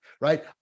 right